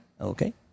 Okay